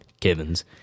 kevin's